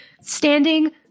standing